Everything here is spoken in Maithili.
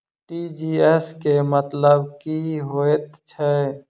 टी.जी.एस केँ मतलब की हएत छै?